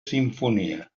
simfonia